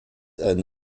einen